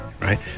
right